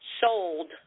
sold